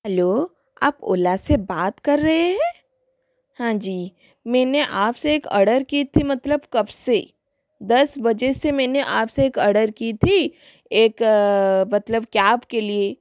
अलो आप ओला से बात रहे हैं हाँजी मैंने आप से एक अडर की थी मतलब कब से दस बजे से मेंने आपसे एक अडर की थी एक मतलब कैब के लिए